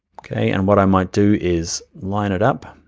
okay? and what i might do is line it up.